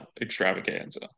extravaganza